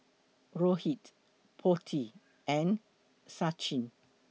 Rohit Potti and Sachin